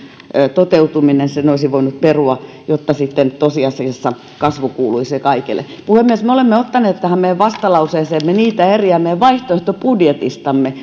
toteutuminen sen olisi voinut perua jotta sitten tosiasiassa kasvu kuuluisi kaikille puhemies me olemme ottaneet tähän meidän vastalauseeseemme niitä eriä meidän vaihtoehtobudjetistamme